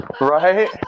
Right